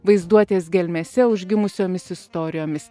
vaizduotės gelmėse užgimusiomis istorijomis